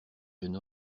jeune